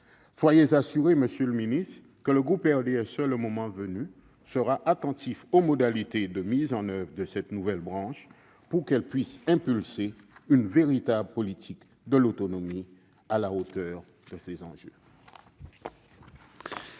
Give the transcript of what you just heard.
soyez assuré, monsieur le secrétaire d'État, que le groupe du RDSE, le moment venu, sera attentif aux modalités de mise en oeuvre de cette nouvelle branche pour qu'elle puisse impulser une véritable politique de l'autonomie à la hauteur des enjeux.